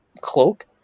cloak